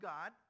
God